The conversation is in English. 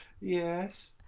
yes